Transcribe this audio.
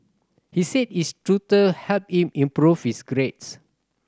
he said his tutor helped him improve his grades